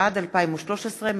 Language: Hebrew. התשע"ד 2013,